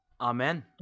Amen